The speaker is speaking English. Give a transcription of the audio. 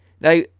Now